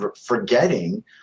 forgetting